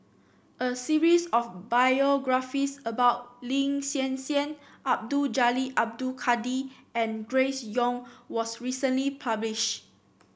a series of biographies about Lin Hsin Hsin Abdul Jalil Abdul Kadir and Grace Young was recently publish